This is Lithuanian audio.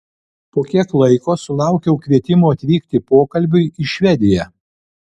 po kiek laiko sulaukiau kvietimo atvykti pokalbiui į švediją